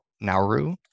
Nauru